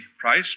price